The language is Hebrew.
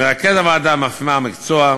מרכז הוועדה הוא מפמ"ר מקצוע,